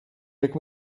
jak